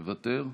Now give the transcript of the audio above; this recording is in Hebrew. מוותר,